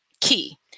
key